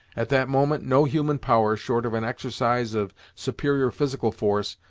at that moment no human power, short of an exercise of superior physical force,